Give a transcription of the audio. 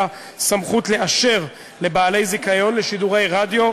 סמכות לאשר לבעלי זיכיון לשידורי רדיו,